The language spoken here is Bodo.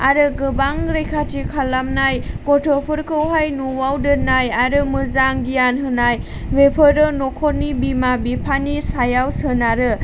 आरो गोबां रैखाथि खालामनाय गथ'फोरखौहाय न'आव दोननाय आरो मोजां गियान होनाय बेफोरो न'खरनि बिमा बिफानि सायाव सोनारो